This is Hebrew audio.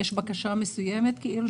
יש בקשה מסוימת?